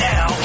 Now